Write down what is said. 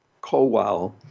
Kowal